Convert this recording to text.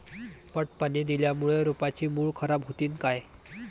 पट पाणी दिल्यामूळे रोपाची मुळ खराब होतीन काय?